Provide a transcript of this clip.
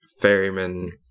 ferryman